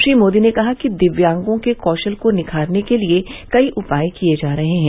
श्री मोदी ने कहा कि दिव्यांगों के कौशल को निखारने के लिये कई उपाय किये जा रहे हैं